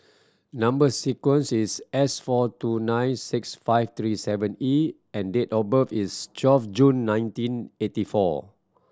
number sequence is S four two nine six five three seven E and date of birth is twelve June nineteen eighty four